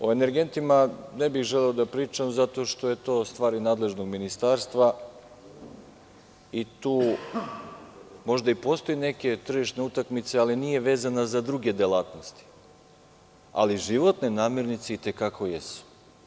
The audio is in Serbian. O energentima ne bih želeo da pričam zato što je stvar nadležnihministarstva i tu možda i postoji neke tržišne utakmice ali nije vezana za druge delatnosti ali životne namirnice i te kako jesu.